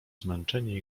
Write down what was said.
zmęczenie